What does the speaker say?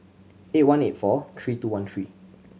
eight one eight four three two one three